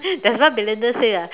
that's what Belinda say ah